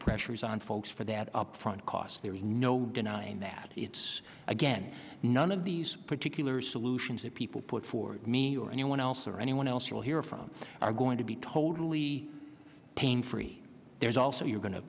pressures on folks for that upfront cost there is no denying that it's again none of these particular solutions that people put for me or anyone else or anyone else you'll hear from are going to be totally pain free there's also you're go